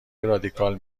رادیکال